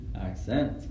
Accent